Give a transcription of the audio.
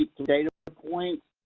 data points.